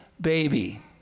baby